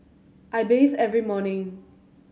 I bathe every morning